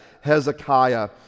Hezekiah